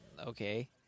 okay